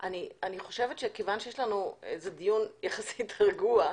אני חושבת שכיוון שזה דיון יחסית רגוע,